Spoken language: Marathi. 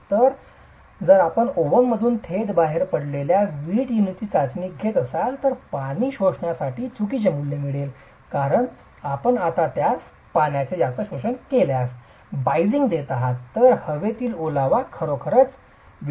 तर जर आपण ओव्हनमधून थेट बाहेर पडलेल्या वीट युनिटची चाचणी घेत असाल तर पाणी शोषणासाठी चुकीचे मूल्य मिळेल कारण आपण आता त्यास पाण्याचे जास्त शोषण केल्याने बाईस देत आहात तर हवेतील ओलावा खरोखरच विटांनी शोषला जाईल